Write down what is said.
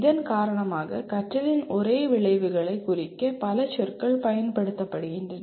இதன் காரணமாக கற்றலின் ஒரே விளைவுகளை குறிக்க பல சொற்கள் பயன்படுத்தப்படுகின்றன